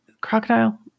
crocodile